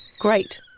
Great